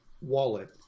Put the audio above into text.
wallet